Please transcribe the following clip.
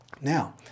Now